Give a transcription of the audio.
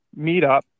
Meetup